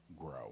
grow